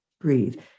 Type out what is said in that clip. breathe